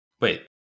Wait